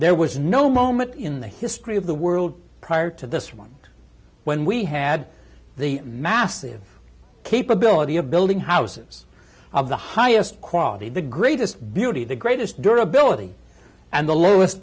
there was no moment in the history of the world prior to this one when we had the massive capability of building houses of the highest quality the greatest beauty the greatest doura billing and the lowest